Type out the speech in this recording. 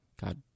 God